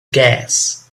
gas